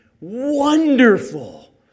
wonderful